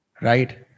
Right